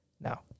now